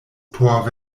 por